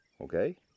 Okay